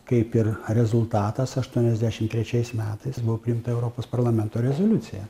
kaip ir rezultatas aštuoniasdešim trečiais metais buvo priimta europos parlamento rezoliucija